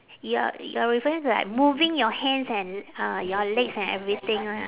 you are you are referring to like moving your hands and uh your legs and everything lah